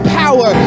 power